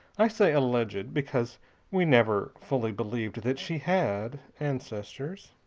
i say alleged, because we never fully believed that she had ancestors.